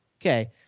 Okay